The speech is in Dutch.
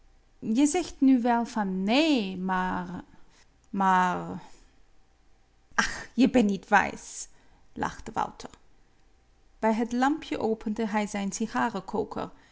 je zegt nu wel van nee maar maar ach je ben niet wijs lachte wouter bij het lampje opende hij zijn